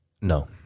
No